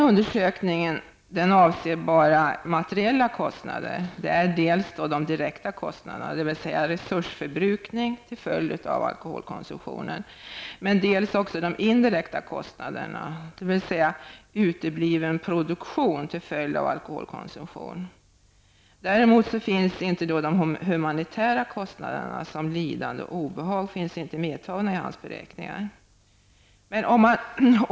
Undersökningen avser enbart de materiella kostnaderna, dels de direkta kostnaderna, dvs. resursförbrukning till följd av alkoholkonsumtionen, dels de indirekta kostnaderna, dvs. utebliven produktion till följd av alkoholkonsumtionen. Humanitära kostnader som lidande och obehag finns inte medtagna i beräkningarna.